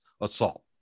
assault